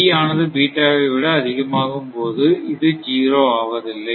B ஆனது வை விட அதிகமாகும் போது இது 0 ஆவதில்லை